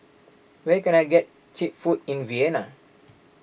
where can I get Cheap Food in Vienna